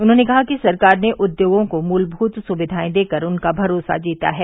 उन्होंने कहा कि सरकार ने उद्योगों को मूलभूत सुविधाएं देकर उनका भरोसा जीता है